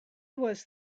was